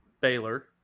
Baylor